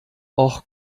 och